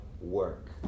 work